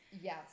yes